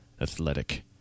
Athletic